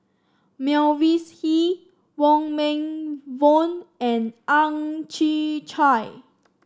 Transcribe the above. Mavis Hee Wong Meng Voon and Ang Chwee Chai